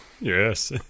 Yes